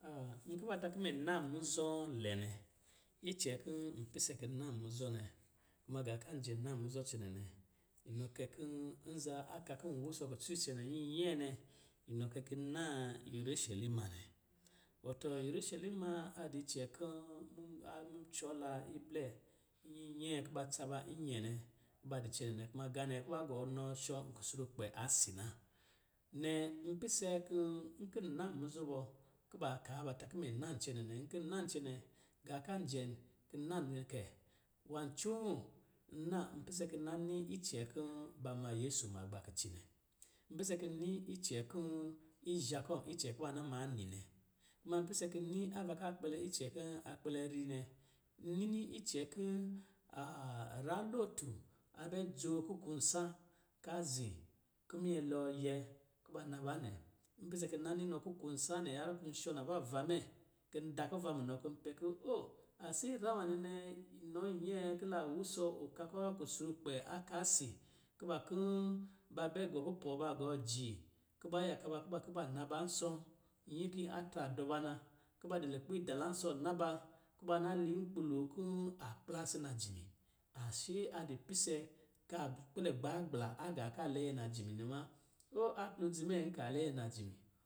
nkɔ̌ ba ta kɔ̌ mɛ dɔ na muzɔ lɛ nɛ, icɛ kɔ̄ ipise kɔ̌ na muzɔ nɛ, kuma gǎ kan jɛ na muzɔ cɛnɛ nɛ, inɔ kɛ kɔ̌ nza a ka kɔ̌ n wusɔ kucɔ icɛnɛ nyinyɛɛ nɛ, inɔ kɛ kɔ̌ n naa urusɛlima nɛ. Wɔtɔ urusɛlima a di icɛn kɔ̌ mu a mucɔ la a iblɛ nyinyɛɛ kɔ̌ ba tsa ba nyɛɛ nɛ, kɔ̌ ba dɔ cɛɛnɛ, kuma gaanɛ kuba gɔ nɔ shɔ̄ kusrukpɛ a si na. Nnɛ, npise kɔ̌, nkɔ̌ n naa muzɔ bɔ, kɔ̌ ba kaa ba ta kɔ̌ imɛ na cɛnɛ nɛ. Nkɔ̌ n naa cɛnɛ, gǎ ka jɛm kɔ̌ na nɛ kɛ, nwâ ncoo, n na, n pise kɔ̌ n na ni icɛ kɔ̌ ba ma yɛsu ma gba kici nɛ. N pise kɔ̌ n ni icɛ kɔ̌ izhǎ kɔ̂, icɛ kɔ̌ ba na maa ni nɛ. kuma n pise kɔ̌ n ni, ava ka kpɛlɛ, icɛ kɔ̂ a kpɛlɛ ri nɛ, n nini icɛ kɔ̌ ra lɔtu a bɛ dzoo kukun nsǎ ka zi, kɔ̌ minyɛ lɔɔ yɛ, kɔ̌ ba naba nɛ, n pise kɔ̌ na nini nɔ kuku nsǎ nɛ harrɔ kɔ̌ shɔ navava mɛ, kɔ̌ da kuva munɔ, kɔ̌ pɛ kɔ̌ o, a sɛɛ ra nwanɛ nɛ, nɔ nyɛɛ kɔ̌ la wusɔ ɔka kɔ̌ kusrukpɛ a ka si kuba kɔ̌ ba bɛ gɔ kupɔ̌ ba gɔɔ ji, kɔ̌ ba yaka ba kuba kuba na bansɔ̌ nyin kɔ̌ atra dɔ ba na, kuba dɔ lukpɛ idalansɔ̌ na ba, kuba na liinkpǐ lo kɔ̌ a kplasi najimi, a sɛɛ a dɔ pise ka kpɛlɛ gbaagbla agǎ kaa a lɛyɛ najimi nɛ wǎ. O! Aklodzi mɛ, nka lɛyɛ najimi.